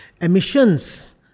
emissions